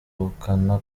ubukana